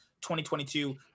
2022